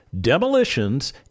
demolitions